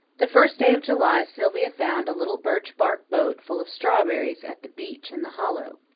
the first day of july sylvia found a little birch bark boat full of strawberries at the beech in the hollow.